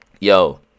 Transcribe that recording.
Yo